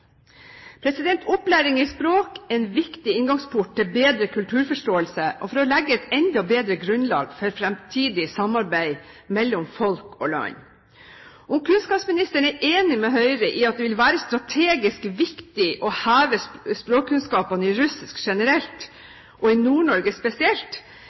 Opplæring i språk er en viktig inngangsport til bedre kulturforståelse og til det å få et enda bedre grunnlag for fremtidig samarbeid mellom folk og land. Om kunnskapsministeren er enig med Høyre i at det vil være strategisk viktig å heve språkkunnskapene i russisk generelt og i Nord-Norge spesielt,